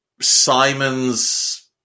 Simons